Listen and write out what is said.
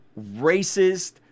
racist